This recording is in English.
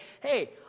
hey